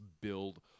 build